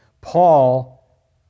Paul